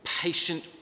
patient